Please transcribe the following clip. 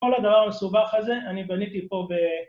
כל הדבר המסובך הזה אני בניתי פה ב...